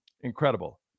Incredible